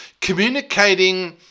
communicating